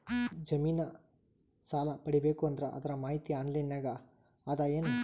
ಜಮಿನ ಸಾಲಾ ಪಡಿಬೇಕು ಅಂದ್ರ ಅದರ ಮಾಹಿತಿ ಆನ್ಲೈನ್ ನಾಗ ಅದ ಏನು?